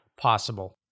possible